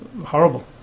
horrible